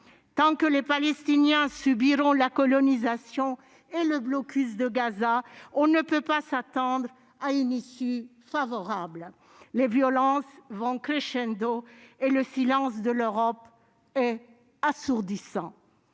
Tant que les Palestiniens subiront la colonisation et le blocus de Gaza, on ne peut pas s'attendre à une issue favorable. Les violences vont et le silence de l'Europe est assourdissant.